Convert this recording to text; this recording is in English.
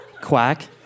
quack